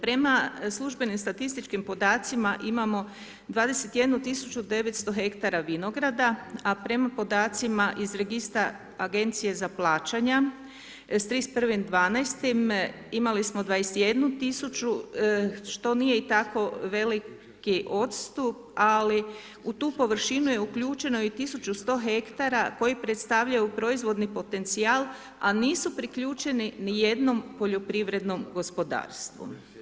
Prema službenim statističkim podacima imamo 21 900 hektara vinograda, a prema podacima iz registra agencije za plaćanja s 31.12. imali smo 21 000 što nije i tako veliki odstup, ali u tu površinu je uključeno i 1100 hektara koji predstavljaju proizvodni potencijal, a nisu priključeni nijednom poljoprivrednom gospodarstvu.